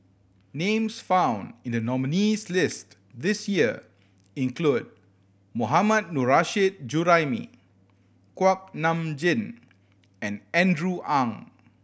names found in the nominees' list this year include Mohammad Nurrasyid Juraimi Kuak Nam Jin and Andrew Ang